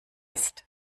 ist